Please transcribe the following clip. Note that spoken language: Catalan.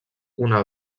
una